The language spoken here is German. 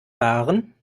waren